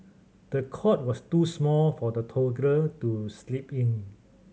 the cot was too small for the toddler to sleep in